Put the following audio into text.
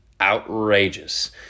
Outrageous